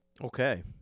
Okay